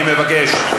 שלי?